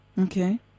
Okay